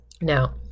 Now